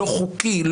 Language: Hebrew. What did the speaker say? לא חוקי,